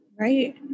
right